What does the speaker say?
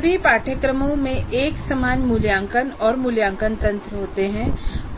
सभी पाठ्यक्रमों में एक समान मूल्यांकन और मूल्यांकन तंत्र होते हैं